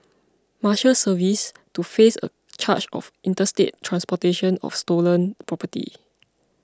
Marshals Service to face a charge of interstate transportation of stolen property